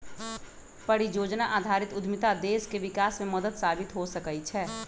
परिजोजना आधारित उद्यमिता देश के विकास में मदद साबित हो सकइ छै